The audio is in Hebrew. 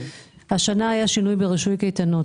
השנה היה שינוי ברישוי קייטנות.